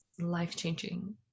life-changing